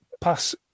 pass